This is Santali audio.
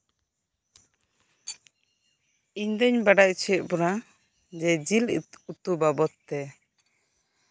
ᱤᱧ ᱫᱩᱧ ᱵᱟᱰᱟᱭ ᱦᱚᱪᱚᱭᱮᱫ ᱵᱚᱱᱟ ᱡᱮ ᱡᱮᱹᱞ ᱩᱛᱩ ᱵᱟᱵᱚᱛ ᱛᱮ